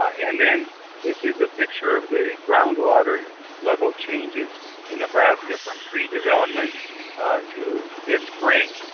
and then this is the picture of the ground water level changes in nebraska from pre-development to this spring,